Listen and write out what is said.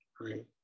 right